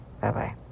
bye-bye